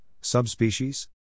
subspecies